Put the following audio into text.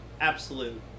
absolute